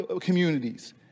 communities